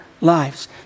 lives